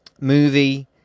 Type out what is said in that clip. ...movie